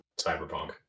Cyberpunk